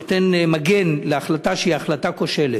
זה לא נותן מגן להחלטה שהיא החלטה כושלת.